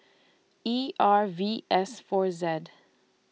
E R V S four Z